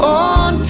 on